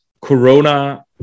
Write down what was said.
Corona